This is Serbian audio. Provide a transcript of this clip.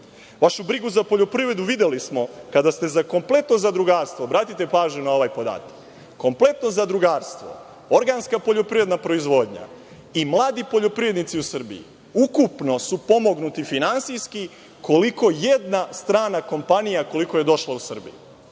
brigu za poljoprivredu videli smo kada ste za kompletno zadrugarstvo, obratite pažnju na ovaj podatak, kompletno zadrugarstvo, organska poljoprivredna proizvodnja i mladi poljoprivrednici u Srbiji ukupno su pomognuti finansijski koliko jedna strana kompanija koliko je došla u Srbiju.